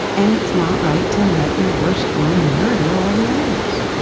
and it's not right to let your worst one murder all the others